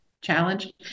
challenge